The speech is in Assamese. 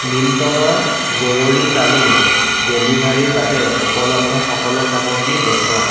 মিল্টনৰ জৰুৰীকালীন ডেলিভাৰীৰ বাবে উপলব্ধ সকলো সামগ্ৰী দেখুওৱা